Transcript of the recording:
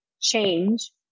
change